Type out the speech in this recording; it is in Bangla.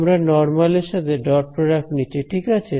আমরা নরমাল এর সাথে ডট প্রডাক্ট নিচ্ছি ঠিক আছে